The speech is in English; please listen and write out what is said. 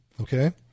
okay